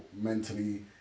mentally